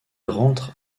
rentre